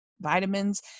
vitamins